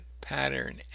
Pattern